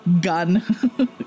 gun